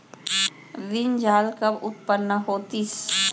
ऋण जाल कब उत्पन्न होतिस?